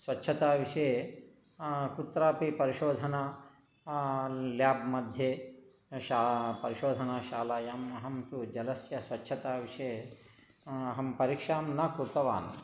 स्वच्छता विषये कुत्रापि परिशोधना ल्याब्मध्ये शा परिशोधनाशालायां अहं तु जलस्य स्वच्छता विषये अहं परीक्षां न कृतवान्